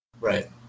Right